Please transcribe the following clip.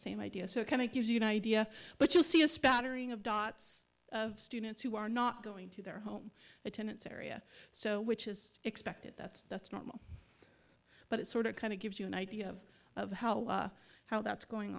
same idea so it kind of gives you an idea but you see a spattering of dots students who are not going to their home attendance area so which is expected that's that's normal but it sort of kind of gives you an idea of how how that's going